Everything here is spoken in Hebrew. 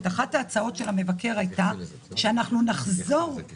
אנחנו מחדשים את הישיבה.